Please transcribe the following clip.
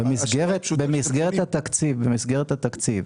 במסגרת התקציב,